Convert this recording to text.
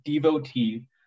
devotee